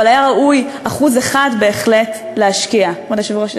אבל היה ראוי בהחלט להשקיע 1%. כבוד היושב-ראש,